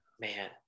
man